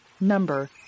number